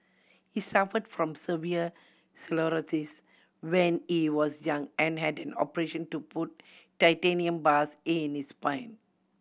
he suffered from severe sclerosis when he was young and had an operation to put titanium bars in his spine